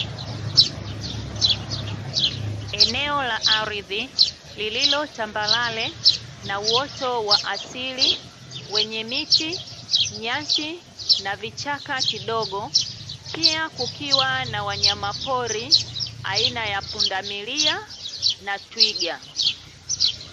Eneo la ardhi lililo tambarare, na uoto wa asili wenye miti, nyasi na vichaka kidogo, pia kukiwa na wanyama pori, aina ya pundamilia na twiga.